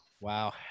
Wow